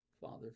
Father